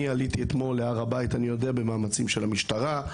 אני עליתי אתמול להר הבית במאמצים של המשטרה,